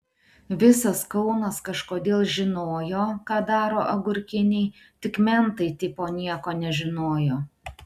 visas kaunas kažkodėl žinojo ką daro agurkiniai tik mentai tipo nieko nežinojo